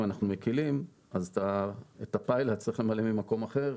אם אנחנו מקלים אז את הפיילה צריך למלא ממקום אחר.